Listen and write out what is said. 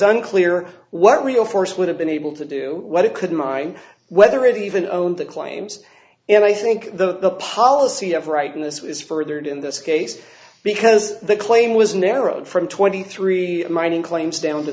unclear what real force would have been able to do what it could mine whether it even owned the claims and i think the policy of writing this was furthered in this case because the claim was narrowed from twenty three mining claims